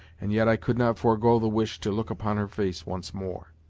and yet i could not forego the wish to look upon her face once more.